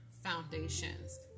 foundations